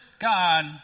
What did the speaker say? God